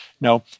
No